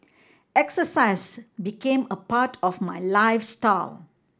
exercise became a part of my